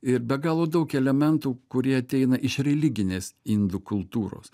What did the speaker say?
ir be galo daug elementų kurie ateina iš religinės indų kultūros